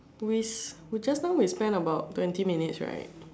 we we just now we spent about twenty minutes right